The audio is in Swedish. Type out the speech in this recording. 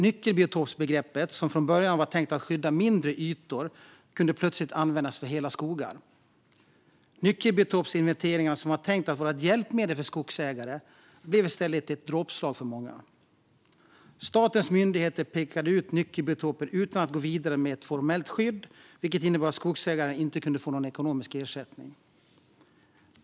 Nyckelbiotopsbegreppet, som från början var tänkt att skydda mindre ytor, kunde plötsligt användas för hela skogar. Nyckelbiotopsinventeringar, som var tänkta att vara ett hjälpmedel för skogsägare, blev i stället ett dråpslag för många. Statens myndigheter pekade ut nyckelbiotoper utan att gå vidare med ett formellt skydd, vilket innebar att skogsägaren inte kunde få någon ekonomisk ersättning.